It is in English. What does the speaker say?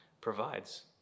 provides